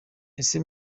ese